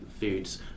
Foods